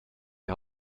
die